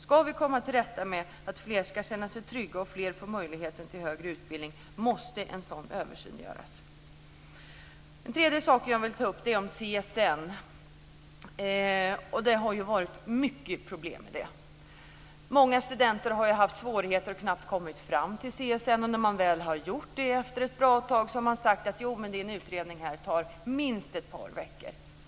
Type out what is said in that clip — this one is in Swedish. Ska vi komma till rätta med detta så att fler kan känna sig trygga och fler får möjligheter till högre utbildning så måste en sådan översyn göras. En annan sak jag vill ta upp gäller CSN. Det har varit mycket problem där. Många studenter har haft svårighet att komma fram till CSN, och knappt gjort det. När de väl har gjort det efter ett bra tag har CSN sagt: Din utredning här tar minst ett par veckor.